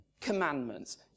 commandments